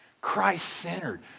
Christ-centered